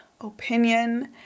opinion